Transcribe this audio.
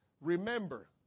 Remember